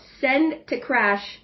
send-to-crash